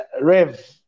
Rev